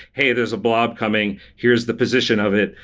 hey, there's a blob coming. here is the position of it.